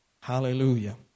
Hallelujah